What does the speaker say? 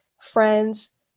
friends